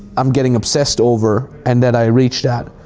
i'm getting obsessed over and that i reach that.